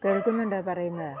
കേൾക്കുന്നുണ്ടോ പറയുന്നത്